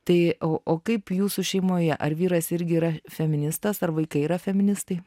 tai o kaip jūsų šeimoje ar vyras irgi yra feministas ar vaikai yra feministai